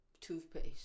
Toothpaste